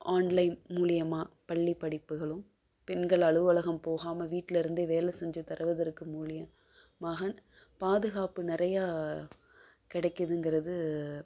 online மூலிம்மா பள்ளி படிப்புகளும் பெண்கள் அலுவலகம் போகாமல் வீட்டில் இருந்தே வேலை செஞ்சு தருவதற்கு மூலியம் மகன் பாதுகாப்பு நிறையா கிடைக்கிதுங்குறது